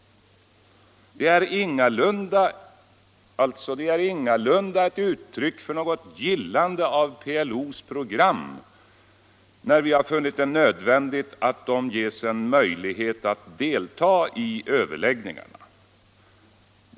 Det är alltså ingalunda ett uttryck för något gillande av PLO:s program när vi har funnit det nödvändigt att PLO ges en möjlighet att delta 1 överläggningarna.